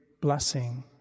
blessing